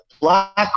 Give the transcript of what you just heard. black